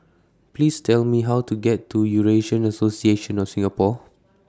Please Tell Me How to get to Eurasian Association of Singapore